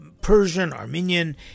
Persian-Armenian